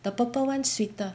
the purple [one] sweeter